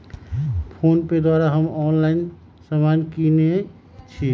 PhonePe द्वारा हम online समान किनइ छी